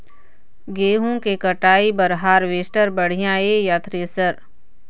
गेहूं के कटाई बर हारवेस्टर बढ़िया ये या थ्रेसर?